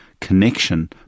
Connection